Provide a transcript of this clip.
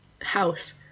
house